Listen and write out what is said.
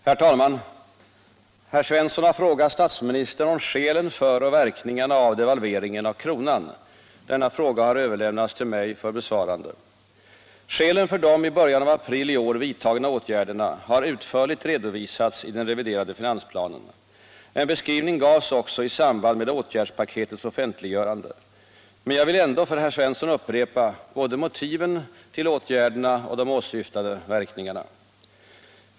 Herr talman! Herr Svensson i Malmö har frågat statsministern om skälen för och verkningarna av devalveringen av kronan. Denna fråga har överlämnats till mig för besvarande. Skälen för de i början av april i år vidtagna åtgärderna har utförligt redovisats i den reviderade finansplanen. En beskrivning gavs också i samband med åtgärdspaketets offentliggörande. Men jag vill ändå för herr Svensson upprepa både motiven till åtgärderna och de åsyftade verkningarna.